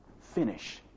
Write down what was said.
finish